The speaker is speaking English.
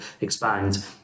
expand